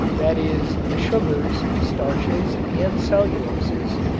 that is the sugars, starches and celluloses,